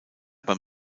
beim